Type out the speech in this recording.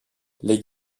les